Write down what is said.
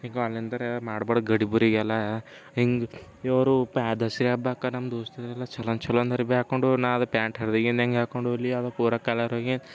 ಈಗ ಆನ್ಲೈನ್ದರ ಮಾಡ್ಬಾರ್ ಗಡಿಬಿರಿಯೆಲ್ಲ ಹೀಗೆ ಇವರು ಪ್ಯಾ ದಸರ ಹಬ್ಬಕ್ಕೆ ನಮ್ಮ ದೋಸ್ತರು ಎಲ್ಲ ಛಲೋ ಛಲೋ ಅಂದರೆ ಬ್ಯಾ ಹಾಕ್ಕೊಂಡು ನಾನು ಅದರ ಪ್ಯಾಂಟ್ ಹರ್ದಿದ್ದು ಹೇಗೆ ಹಾಕ್ಕೊಂಡು ಹೋಗಲಿ ಯಾವ್ದ ಪೂರ ಕಲರ್ಗೆ